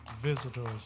visitors